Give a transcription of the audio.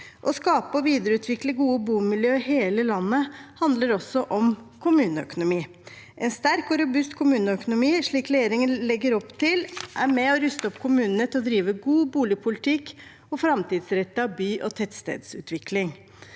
Å skape og videreutvikle gode bomiljø i hele landet handler også om kommuneøkonomi. En sterk og robust kommuneøkonomi, slik regjeringen legger opp til, er med på å ruste kommunene til å drive god boligpolitikk og framtidsrettet by- og tettstedsutvikling.